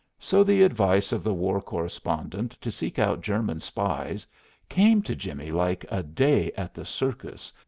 so the advice of the war correspondent to seek out german spies came to jimmie like a day at the circus,